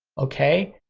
okay?